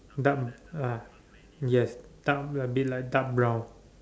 dark lah yes down the bit like dark brown